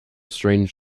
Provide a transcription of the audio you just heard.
strange